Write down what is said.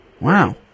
Wow